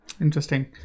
Interesting